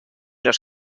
los